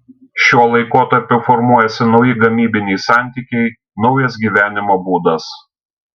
šiuo laikotarpiu formuojasi nauji gamybiniai santykiai naujas gyvenimo būdas